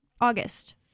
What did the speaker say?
August